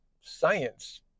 science